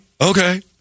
Okay